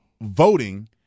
voting